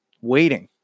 waiting